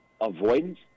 Avoidance